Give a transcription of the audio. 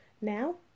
Now